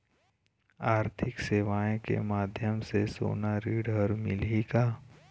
आरथिक सेवाएँ के माध्यम से सोना ऋण हर मिलही का?